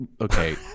okay